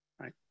right